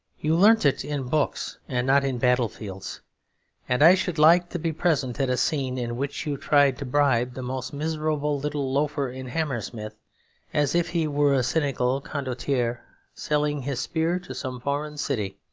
you learnt it in books and not in battlefields and i should like to be present at a scene in which you tried to bribe the most miserable little loafer in hammersmith as if he were a cynical condottiere selling his spear to some foreign city.